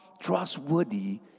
trustworthy